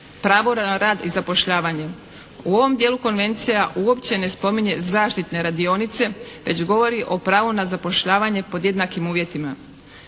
Pravo na rad i zapošljavanje. U ovom dijelu Konvencija uopće ne spominje zaštitne radionice već govori o pravu na zapošljavanje pod jednakim uvjetima.